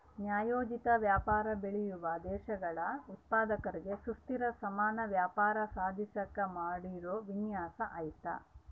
ನ್ಯಾಯೋಚಿತ ವ್ಯಾಪಾರ ಬೆಳೆಯುವ ದೇಶಗಳ ಉತ್ಪಾದಕರಿಗೆ ಸುಸ್ಥಿರ ಸಮಾನ ವ್ಯಾಪಾರ ಸಾಧಿಸಾಕ ಮಾಡಿರೋ ವಿನ್ಯಾಸ ಐತೆ